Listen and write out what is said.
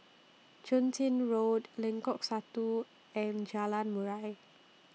Chun Tin Road Lengkok Satu and Jalan Murai